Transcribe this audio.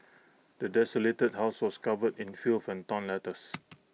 the desolated house was covered in filth and torn letters